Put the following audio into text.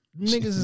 niggas